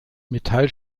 metall